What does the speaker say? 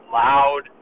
loud